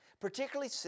Particularly